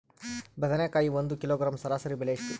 ಬದನೆಕಾಯಿ ಒಂದು ಕಿಲೋಗ್ರಾಂ ಸರಾಸರಿ ಬೆಲೆ ಎಷ್ಟು?